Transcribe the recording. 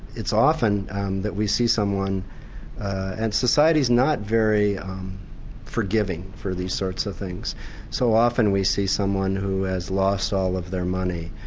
it's often that we see someone and society's not very forgiving for these sorts of things so often we see someone who has lost all of their money,